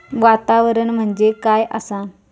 वातावरण म्हणजे काय आसा?